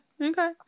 Okay